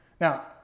Now